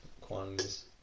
quantities